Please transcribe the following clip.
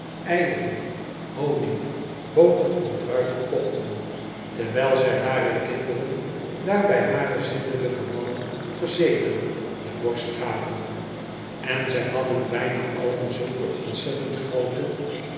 eieren honig boter en fruit verkochten terwijl zij hare kinderen daar bij hare zindelijke manden gezeten de borst gaven en zij hadden bijna allen zulke ontzettend groote